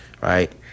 right